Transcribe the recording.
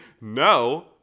no